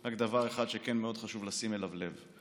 רק דבר אחד שכן חשוב לשים אליו לב.